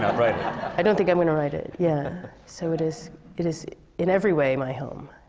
i don't think i'm gonna write it. yeah. so, it is it is in every way my home.